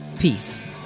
Peace